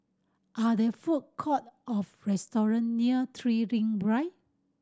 are there food court or restaurant near Three Ring Drive